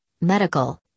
medical